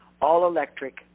all-electric